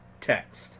text